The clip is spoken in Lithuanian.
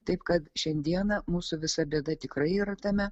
taip kad šiandieną mūsų visa bėda tikrai yra tame